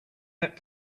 that